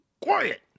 quiet